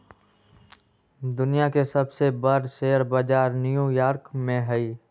दुनिया के सबसे बर शेयर बजार न्यू यॉर्क में हई